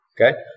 Okay